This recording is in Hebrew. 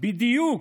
בדיוק